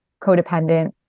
codependent